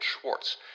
Schwartz